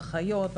אחיות,